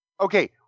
Okay